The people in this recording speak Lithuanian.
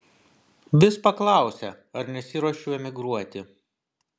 vis paklausia ar nesiruošiu emigruoti